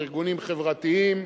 ארגונים חברתיים,